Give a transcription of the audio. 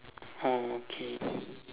oh okay